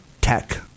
tech